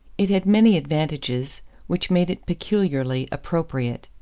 it had many advantages which made it peculiarly appropriate.